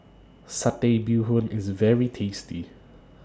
Satay Bee Hoon IS very tasty